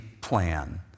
plan